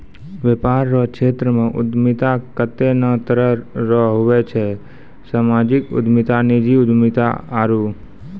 वेपार रो क्षेत्रमे उद्यमिता कत्ते ने तरह रो हुवै छै सामाजिक उद्यमिता नीजी उद्यमिता आरु